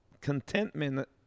contentment